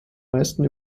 meisten